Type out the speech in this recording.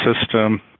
system